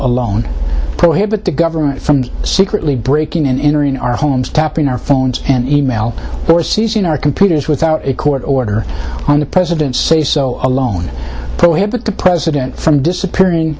alone prohibit the government from secretly breaking and entering our homes tapping our phones and e mail or seizing our computers without a court order on the president say so alone prohibit the president from disappearing